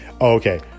okay